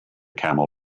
camel